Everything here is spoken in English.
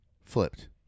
flipped